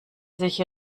sich